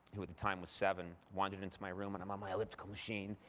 who at the time was seven, wandered into my room. and i'm on my elliptical machine,